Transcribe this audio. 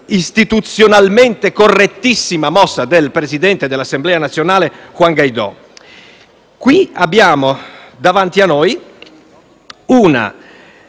istituzionalmente correttissima mossa del presidente dell'Assemblea nazionale Juan Guaidó. Abbiamo davanti a noi una